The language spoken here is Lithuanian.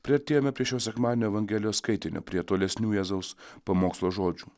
priartėjome prie šio sekmadienio evangelijos skaitinio prie tolesnių jėzaus pamokslo žodžių